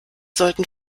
sollten